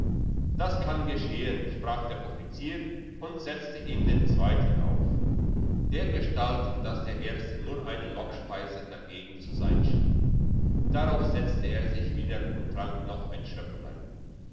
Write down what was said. das kann geschehen sprach der offizier und setzte ihm den zweiten auf dergestalt dass der erste nur eine lockspeise dagegen zu sein schien darauf setzte er sich wieder und trank noch ein